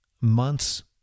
months